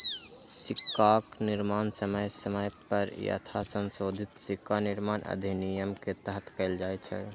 सिक्काक निर्माण समय समय पर यथासंशोधित सिक्का निर्माण अधिनियम के तहत कैल जाइ छै